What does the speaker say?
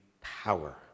power